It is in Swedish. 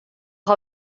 har